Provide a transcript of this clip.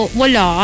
wala